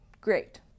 great